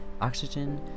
oxygen